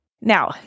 Now